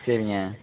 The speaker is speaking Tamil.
சரிங்க